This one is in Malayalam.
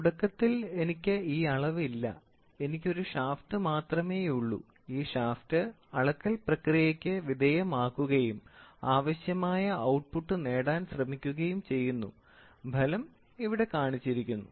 തുടക്കത്തിൽ എനിക്ക് ഈ അളവ് ഇല്ല എനിക്ക് ഒരു ഷാഫ്റ്റ് മാത്രമേയുള്ളൂ ഈ ഷാഫ്റ്റ് അളക്കൽ പ്രക്രിയക്ക് വിധേയമാക്കുകയും ആവശ്യമായ ഔട്ട്പുട്ട് നേടാൻ ശ്രമിക്കുകയും ചെയ്യുന്നു ഫലം ഇവിടെ കാണിച്ചിരിക്കുന്നു